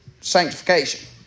sanctification